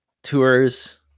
Tours